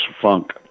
funk